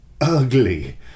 ugly